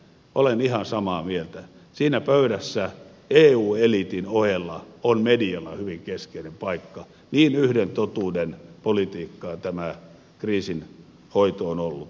olen ihan samaa mieltä siinä pöydässä eu eliitin ohella on medialla hyvin keskeinen paikka niin yhden totuuden politiikkaa tämä kriisinhoito on ollut